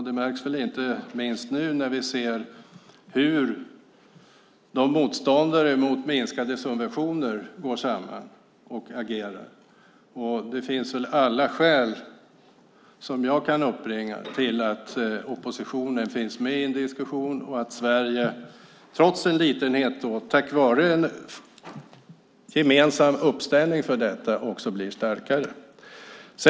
Det märks inte minst nu när vi ser hur motståndarna mot minskade subventioner går samman och agerar. Det finns alla skäl till att oppositionen finns med i en diskussion och att Sverige trots sin litenhet tack vare en gemensam uppställning för detta blir starkare.